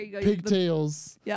pigtails